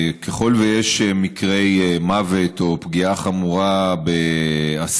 ככל שיש מקרי מוות או פגיעה חמורה באסיר,